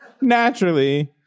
naturally